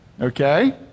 Okay